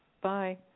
Bye